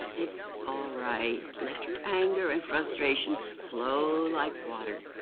it's all right. let your anger and frustration flow like water.